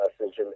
message